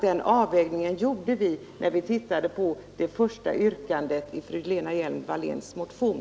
Den avvägningen gjorde vi när vi tittade på det första yrkandet i fru Hjelm-Walléns motion.